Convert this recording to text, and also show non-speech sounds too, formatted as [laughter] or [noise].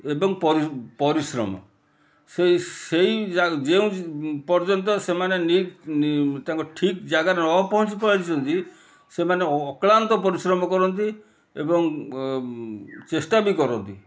ଏବଂ [unintelligible] ପରିଶ୍ରମ ସେ ସେଇ ଯେଉଁ ପର୍ଯ୍ୟନ୍ତ ସେମାନେ [unintelligible] ତାଙ୍କ ଠିକ ଜାଗାରେ ନପହଞ୍ଚି ପାରିଛନ୍ତି ସେମାନେ ଅକ୍ଳାନ୍ତ ପରିଶ୍ରମ କରନ୍ତି ଏବଂ ଚେଷ୍ଟା ବି କରନ୍ତି